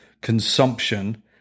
consumption